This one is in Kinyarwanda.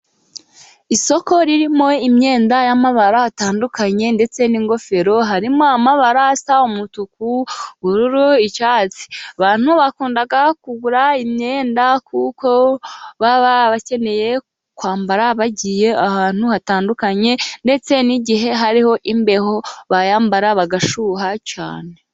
Isoko ririmo imyenda y'amabara atandukanye ndetse n'ingofero. Harimo amabara asa umutuku, ubururu, icyatsi. Abantu bakunda kugura imyenda kuko baba bakeneye kwambara bagiye ahantu hatandukanye, ndetse n'igihe hariho imbeho bayambara bagashyuha cyane.